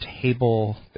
table